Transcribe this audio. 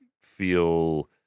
feel